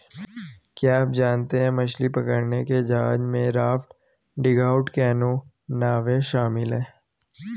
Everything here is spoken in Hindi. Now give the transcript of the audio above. क्या आप जानते है मछली पकड़ने के जहाजों में राफ्ट, डगआउट कैनो, नावें शामिल है?